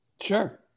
Sure